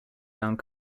round